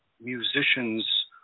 musicians